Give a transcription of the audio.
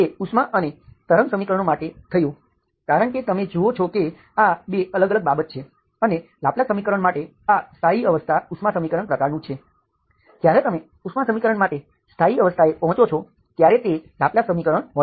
તે ઉષ્મા અને તરંગ સમીકરણો માટે થયું કારણ કે તમે જુઓ છો કે આ 2 અલગ અલગ બાબત છે અને લાપ્લાસ સમીકરણ માટે આ સ્થાયી અવસ્થા ઉષ્મા સમીકરણ પ્રકારનું છે જ્યારે તમે ઉષ્મા સમીકરણ માટે સ્થાયી અવસ્થાએ પહોંચો છો ત્યારે તે લાપ્લાસ સમીકરણ હોય છે